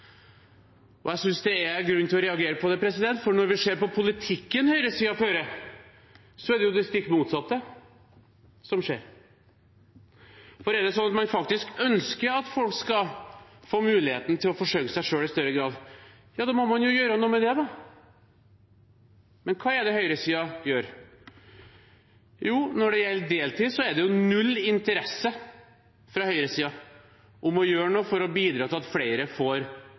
Jeg synes det er grunn til å reagere på det, for når vi ser på politikken høyresiden fører, er det det stikk motsatte som skjer. Er det sånn at man faktisk ønsker at folk skal få muligheten til å forsørge seg selv i større grad, må man jo gjøre noe med det. Men hva er det høyresiden gjør? Jo, når det gjelder deltid, er det null interesse fra høyresiden om å gjøre noe for å bidra til at flere får